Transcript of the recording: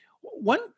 One